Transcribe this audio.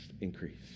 increase